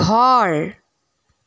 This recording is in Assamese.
ঘৰ